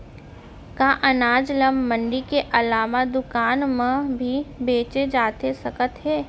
का अनाज ल मंडी के अलावा दुकान म भी बेचे जाथे सकत हे?